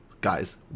guys